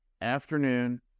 afternoon